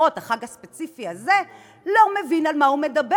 לפחות חבר הכנסת הספציפי הזה לא מבין על מה הוא מדבר,